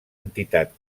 entitat